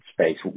space